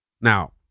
now